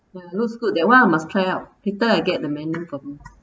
ya looks good that [one] I must try out later I get the menu from you